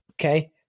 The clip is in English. Okay